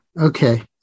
Okay